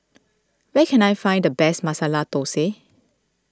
where can I find the best Masala Thosai